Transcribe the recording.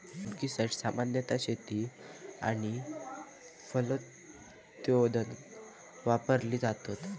मोलस्किसाड्स सामान्यतः शेतीक आणि फलोत्पादन वापरली जातत